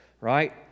right